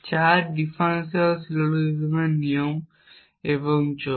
4 differential সিলোজিজমের নিয়ম এবং যোগ